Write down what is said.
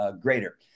greater